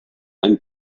ein